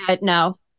no